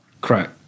Correct